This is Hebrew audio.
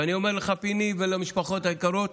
ואני אומר לך, פיני, ולמשפחות היקרות: